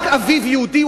רק אביו יהודי,